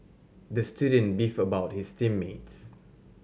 the student beefed about his team mates